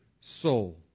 soul